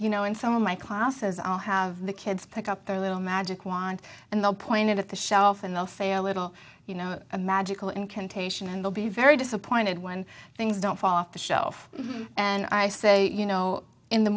you know in some of my classes i'll have the kids pick up their little magic wand and they'll point it at the shelf and they'll say a little you know a magical incantation and they'll be very disappointed when things don't fall off the shelf and i say you know in the